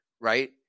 right